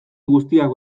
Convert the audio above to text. guztiak